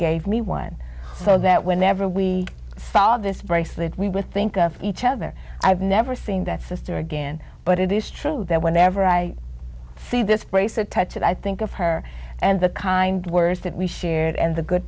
gave me one so that whenever we found this bracelet we would think of each other i have never seen that sister again but it is true that whenever i see this bracelet touch and i think of her and the kind words that we shared and the good